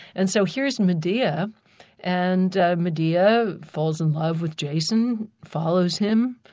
and so here's medea and medea falls in love with jason, follows him,